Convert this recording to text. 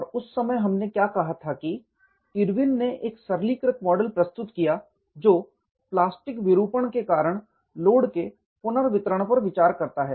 और उस समय हमने क्या कहा था कि इरविन ने एक सरलीकृत मॉडल प्रस्तुत किया जो प्लास्टिक विरूपण के कारण लोड के पुनर्वितरण पर विचार करता है